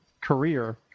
career